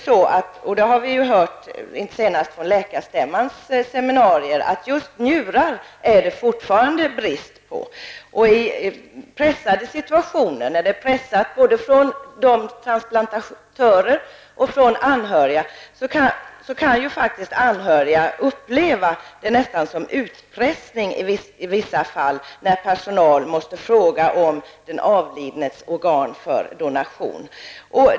Vi har hört, senast på läkarstämmans seminarier, att njurar är det fortfarande brist på. I pressade situationer, när det är press både på transplantatörer och anhöriga, kan anhöriga uppleva det nästan som utpressning i vissa fall, när personal måste fråga om den avlidnes organ för donation.